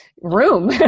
room